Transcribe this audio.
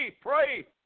pray